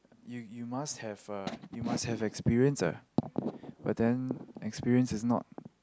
you you must have a you must have experience ah but then experience is not